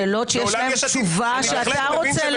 שאלות שיש להן תשובה שאתה רוצה לקבל.